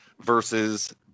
versus